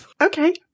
Okay